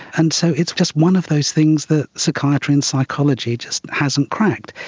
and so it's just one of those things that psychiatry and psychology just hasn't cracked.